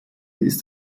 ist